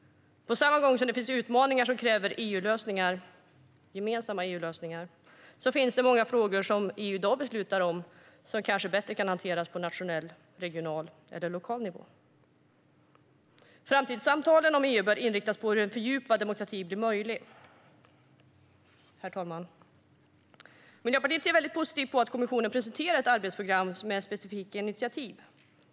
På samma gång som det finns utmaningar som kräver gemensamma EU-lösningar finns det många frågor som EU i dag beslutar om som kanske kan hanteras bättre på nationell, regional eller lokal nivå. Framtidssamtalen om EU bör inriktas på hur en fördjupad demokrati blir möjlig. Herr talman! Miljöpartiet ser väldigt positivt på att kommissionen presenterar ett arbetsprogram med specifika initiativ.